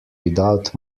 without